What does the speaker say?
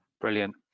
Brilliant